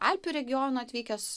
alpių regiono atvykęs